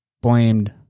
blamed